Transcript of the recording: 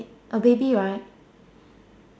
a baby right